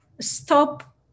stop